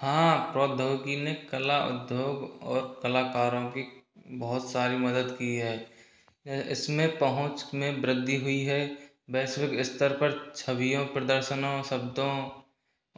हाँ प्रौद्योगिकी ने कला उद्योग और कलाकारों की बहुत सारी मदद की है इसमें पहुंच में वृद्धि हुई है वैश्विक स्तर पर छवियों प्रदर्शनों शब्दों